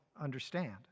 understand